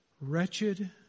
Wretched